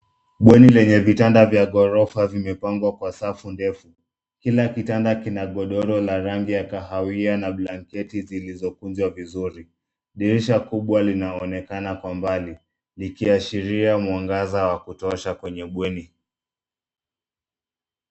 Bweni lenye vitanda vya ghorofa vimepangwa kwa safu ndefu. Kila kitanda kina godoro la rangi ya kahawia na blanketi zilizokunjwa vizuri. Dirisha kubwa linaonekana kwa mbali likiashiria mwangaza wa kutosha kwenye bweni.